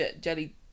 jelly